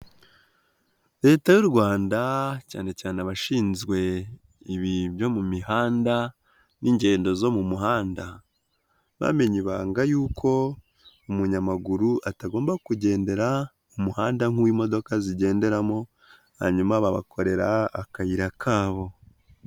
Leta y'u Rwanda cyane cyane abashinzwe byo mu mihanda n'ingendo zo mu muhanda bamenye ibanga yuko umunyamaguru atagomba kugendera ku muhanda nk'uwo imodoka zigenderamo hanyuma babakorera akayira kabo.